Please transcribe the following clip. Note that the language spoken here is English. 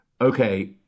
okay